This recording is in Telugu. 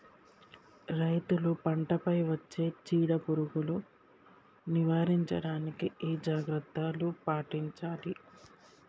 రైతులు పంట పై వచ్చే చీడ పురుగులు నివారించడానికి ఏ జాగ్రత్తలు పాటించాలి?